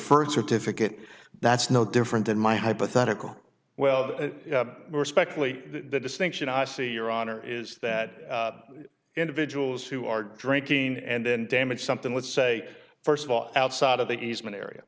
first certificate that's no different than my hypothetical well respectfully the distinction i see your honor is that individuals who are drinking and damage something would say first of all outside of the easement area